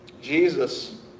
Jesus